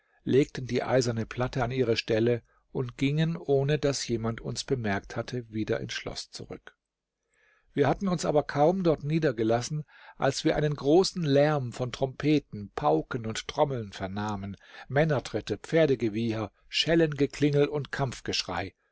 legten die eiserne platte an ihre stelle und gingen ohne daß jemand uns bemerkt hatte wieder ins schloß zurück wir hatten uns aber kaum dort niedergelassen als wir einen großen lärm von trompeten pauken und trommeln vernahmen männertritte pferdegewieher schellengeklingel und